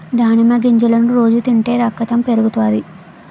దానిమ్మ గింజలను రోజు తింటే రకతం పెరుగుతాది